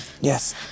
Yes